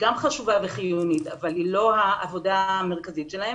גם חשובה וחיונית אבל היא לא העבודה המרכזית שלהם.